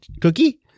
Cookie